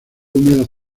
húmedos